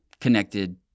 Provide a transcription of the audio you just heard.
connected